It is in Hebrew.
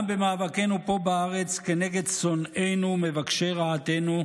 גם במאבקנו פה בארץ כנגד שונאינו ומבקשי רעתנו,